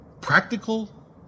Practical